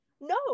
no